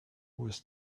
was